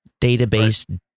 database